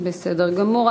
בסדר גמור.